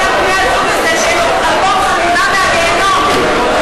מה אתם מציעים לעשות בעניין בני-הזוג האלה,